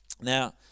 now